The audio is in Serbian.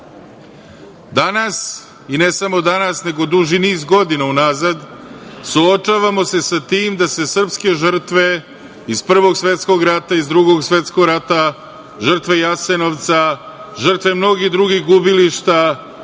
civili. Danas, i ne samo danas nego duži niz godina unazad, suočavamo se sa tim da se srpske žrtve iz Prvog svetskog rata, iz Drugog svetskog rata, žrtve Jasenovca, žrtve mnogih drugih gubilišta